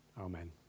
Amen